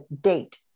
date